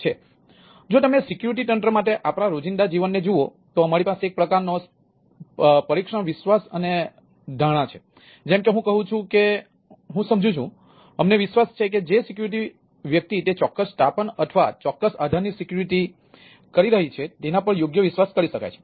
તેથી જો તમે સિક્યુરિટી તંત્ર માટે આપણા રોજિંદા જીવનને જુઓ તો અમારી પાસે એક પ્રકારનો પરીક્ષણ વિશ્વાસ અને ધારણા છે જેમ કે હું કહું છું કે હું સમજું છું અમને વિશ્વાસ છે કે જે સિક્યુરિટી વ્યક્તિ તે ચોક્કસ સ્થાપન અથવા ચોક્કસ આધારની સિક્યુરિટી કરી રહી છે તેના પર યોગ્ય વિશ્વાસ કરી શકાય છે